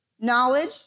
knowledge